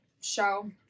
show